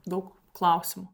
daug klausimų